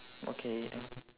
okay